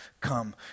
come